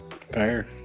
Fair